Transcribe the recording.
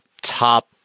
top